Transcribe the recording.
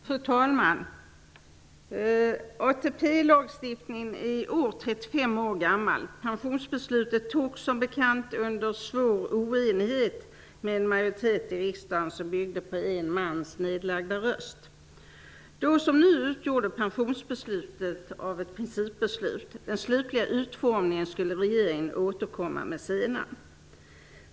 Fru talman! ATP-lagstiftningen är i år 35 år gammal. Pensionsbeslutet togs, som bekant, under svår oenighet med en majoritet i riksdagen som byggde på en mans nedlagda röst. Då som nu var pensionsbeslutet ett principbeslut. Det slutliga utformningen skulle regeringen återkomma med senare.